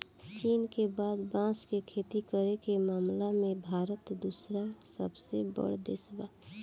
चीन के बाद बांस के खेती करे के मामला में भारत दूसरका सबसे बड़ देश बावे